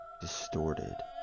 distorted